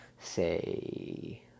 say